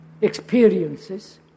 experiences